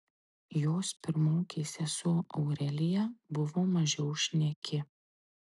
jos pirmokė sesuo aurelija buvo mažiau šneki